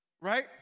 Right